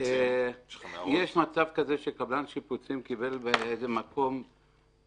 מצב שקבלן שיפוצים קיבל הערות,